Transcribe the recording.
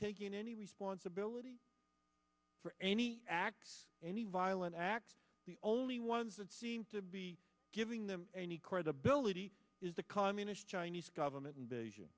taking any responsibility for any act any violent act the only ones that seem to be giving them any credibility is the communist chinese government